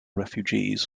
refugees